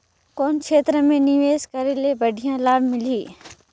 कौन क्षेत्र मे निवेश करे ले बढ़िया लाभ मिलही?